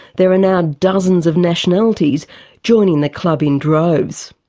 there are now dozens of nationalities joining the club in droves.